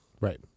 Right